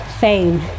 fame